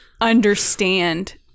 understand